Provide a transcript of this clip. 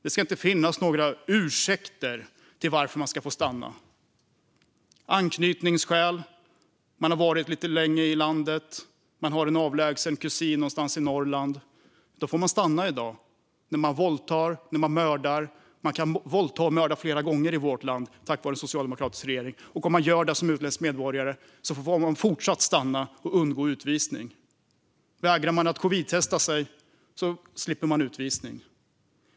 Det ska inte finnas några ursäkter för att få stanna. Om man har anknytningsskäl - om man har varit länge i landet eller har en avlägsen kusin någonstans i Norrland - får man i dag stanna efter att ha våldtagit och mördat. Man kan våldta och mörda flera gånger i vårt land på grund av den socialdemokratiska regeringen, och om man gör det som utländsk medborgare får man stanna kvar och undgå utvisning. Vägrar man att covidtesta sig slipper man utvisning.